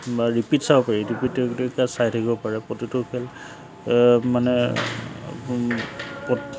বা ৰিপিট চাব পাৰি ৰিপিটি টেলিকাষ্ট চাই থাকিব পাৰে প্ৰতিটো খেল মানে